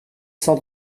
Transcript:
cent